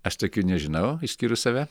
aš tokių nežinau išskyrus save